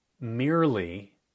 merely